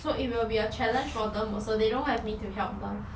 so it will be a challenge for them also they don't have me to help them